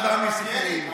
סיפורים.